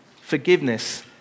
forgiveness